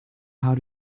how